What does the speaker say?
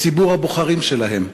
בציבור הבוחרים שלהם.